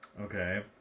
Okay